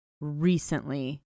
recently